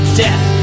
death